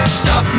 stop